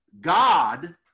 god